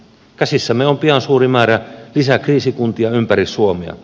käsissämme on pian suuri määrä lisää kriisikuntia ympäri suomea